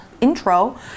Intro